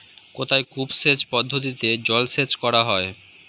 কোথায় কূপ সেচ পদ্ধতিতে জলসেচ করা হয়?